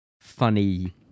funny